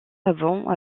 avant